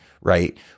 right